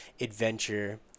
adventure